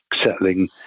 settling